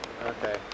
Okay